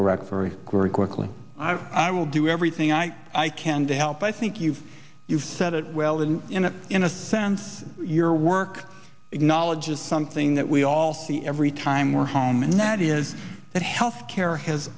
correct very very quickly i will do everything i can to help i think you've you've said it well and in a in a sense your work knowledge is something that we all see every time we're home and that is that health care has